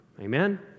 Amen